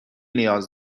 نیاز